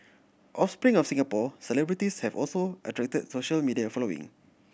offspring of Singapore celebrities have also attracted social media following